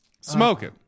Smoking